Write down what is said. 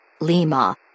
Lima